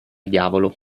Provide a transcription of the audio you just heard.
diavolo